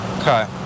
Okay